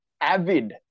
avid